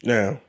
Now